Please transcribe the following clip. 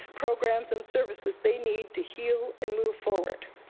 programs and services they need to heal and move forward.